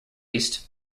east